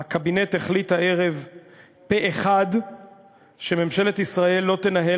"הקבינט החליט הערב פה-אחד שממשלת ישראל לא תנהל